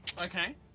Okay